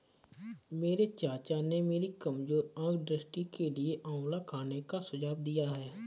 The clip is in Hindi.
मेरे चाचा ने मेरी कमजोर आंख दृष्टि के लिए मुझे आंवला खाने का सुझाव दिया है